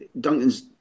Duncan's